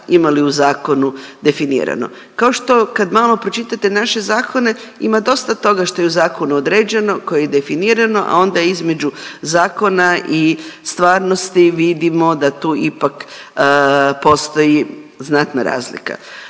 imali u zakonu definirano. Kao što kad malo pročitate naše zakone ima dosta toga što je u zakonu određeno, koje je definirano, a onda između zakona i stvarnosti vidimo da tu ipak postoji znatna razlika.